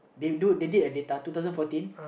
they do they did and they data two thousand fourteen